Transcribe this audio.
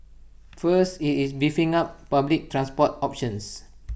first IT is beefing up public transport options